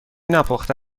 نپخته